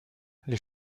les